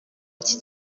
iki